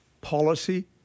policy